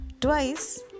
twice